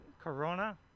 Corona